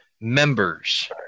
members